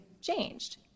changed